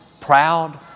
proud